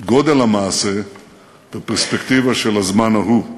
גודל המעשה בפרספקטיבה של הזמן ההוא.